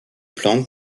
plantes